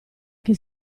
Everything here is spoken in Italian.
che